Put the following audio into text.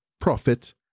profit